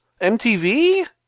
MTV